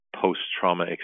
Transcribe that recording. post-trauma